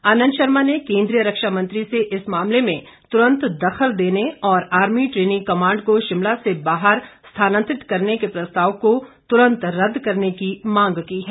आनंद शर्मा ने केंद्रीय रक्षा मंत्री से इस मामले में तुरंत दखल देने और आर्मी ट्रेनिंग कमांड को शिमला से बाहर स्थानातंरित करने के प्रस्ताव को तुरंत रद्द करने की मांग की है